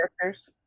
characters